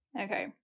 Okay